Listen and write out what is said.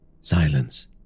Silence